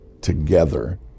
together